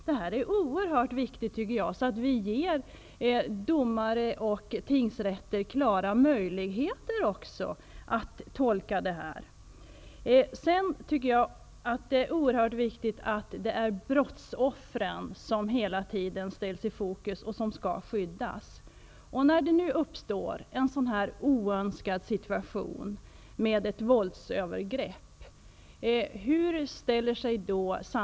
Det är oerhört viktigt att vi ger domare och tingsrätter klara möjligheter att tolka det här. Det är viktigt att brottsoffren hela tiden ställs i fokus och skyddas. Hur ställer sig samhället när det förekommer våldsövergrepp?